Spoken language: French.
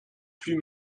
plus